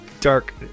dark